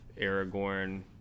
Aragorn